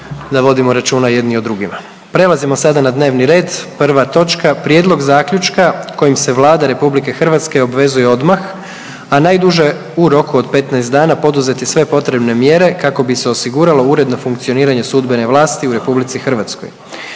točci imamo četiri zaključka. Dakle, krećemo s prvom točkom, to je Prijedlog zaključka kojim se Vlada Republike Hrvatske obvezuje odmah, a najduže u roku od 15 dana, poduzeti sve potrebne mjere kako bi se osiguralo uredno funkcioniranje sudbene vlasti u Republici Hrvatskoj.